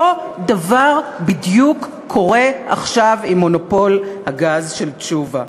אותו דבר בדיוק קורה עכשיו עם מונופול הגז של תשובה.